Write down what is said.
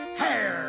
hair